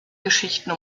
geschichten